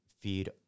feed